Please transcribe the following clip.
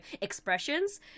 expressions